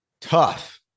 tough